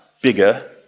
bigger